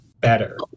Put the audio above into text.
better